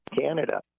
Canada